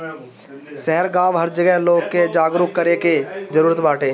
शहर गांव हर जगह लोग के जागरूक करे के जरुरत बाटे